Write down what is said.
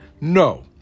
no